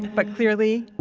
but clearly,